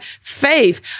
faith